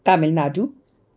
Tamil Nadu